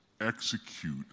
execute